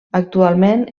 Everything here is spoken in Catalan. actualment